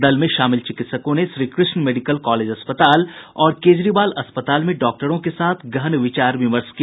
दल में शामिल चिकित्सकों ने श्रीकृष्ण मेडिकल कॉलेज अस्पताल और केजरीवाल अस्पताल में डॉक्टरों के साथ गहन विचार विमर्श किया